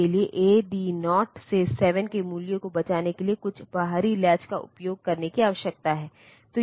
और इसी तरह यहां यह भी है कि जब यह multiplex address data bus address bus के रूप में कार्य करता है तो यह प्रोसेसर से बाहर जाने वाला होता है